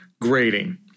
grading